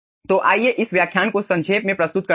तो आइए इस व्याख्यान को संक्षेप में प्रस्तुत करते हैं